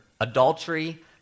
adultery